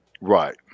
Right